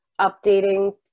updating